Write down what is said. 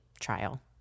trial